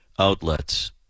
outlets